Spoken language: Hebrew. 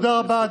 תודה רבה.